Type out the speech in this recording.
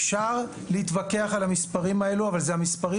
אפשר להתווכח על המספרים האלה אבל אלה המספרים